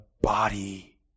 body